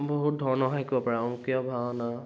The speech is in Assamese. বহুত ধৰণৰ শিকিব পাৰোঁ অংকীয়া ভাওনা